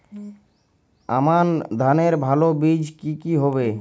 আমান ধানের ভালো বীজ কি কি হবে?